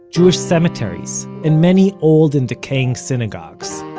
jewish cemeteries and many old and decaying synagogues.